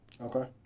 Okay